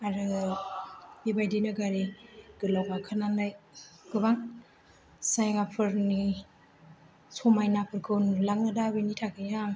आरो बेबायदिनो गारि गोलाव गाखोनानै गोबां जायगाफोरनि समायनाफोरखौ नुलाङो दा बिनि थाखायनो आं